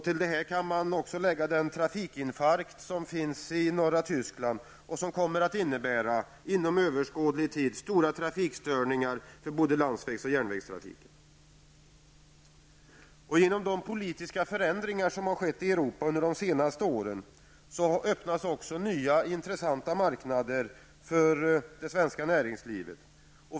Till detta skall läggas den trafikinfarkt som finns i norra Tyskland och som kommer att inom överskådlig tid innebära stora trafikstörningar för både landsvägs och järnvägstrafiken. Genom de politiska förändringar som skett i Europa under de senaste åren öppnas också nya intressanta marknader för det svenska näringslivet.